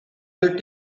will